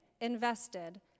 invested